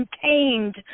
contained